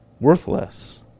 Worthless